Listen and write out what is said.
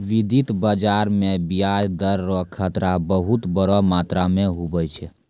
वित्तीय बाजार मे ब्याज दर रो खतरा बहुत बड़ो मात्रा मे हुवै छै